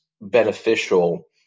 beneficial